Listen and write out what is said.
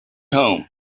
home